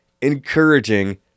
encouraging